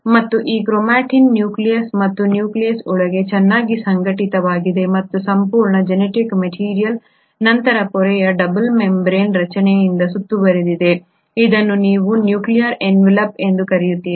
ಮತ್ತು ಈ chromatin nucleus ಮತ್ತು ನ್ಯೂಕ್ಲಿಯಸ್ ಒಳಗೆ ಚೆನ್ನಾಗಿ ಸಂಘಟಿತವಾಗಿದೆ ಮತ್ತು ಸಂಪೂರ್ಣ ಜೆನೆಟಿಕ್ ಮೆಟೀರಿಯಲ್ ನಂತರ ಪೊರೆಯ ಡಬಲ್ ಮೆಂಬರೇನ್ ರಚನೆಯಿಂದ ಸುತ್ತುವರೆದಿದೆ ಇದನ್ನು ನೀವು ನ್ಯೂಕ್ಲಿಯರ್ ಏನ್ವಲಪ್ ಎಂದು ಕರೆಯುತ್ತೀರಿ